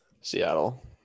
Seattle